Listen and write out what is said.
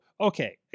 okay